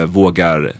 vågar